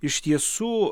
iš tiesų